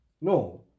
No